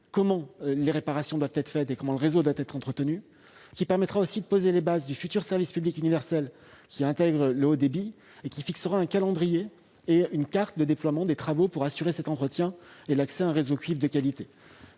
dont les réparations doivent être faites et dont le réseau doit être entretenu. Il posera les bases du futur service public universel intégrant le haut débit. Il fixera un calendrier et une carte de déploiement des travaux pour assurer l'entretien et l'accès à un réseau cuivre de qualité.